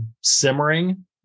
simmering